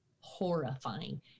horrifying